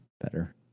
better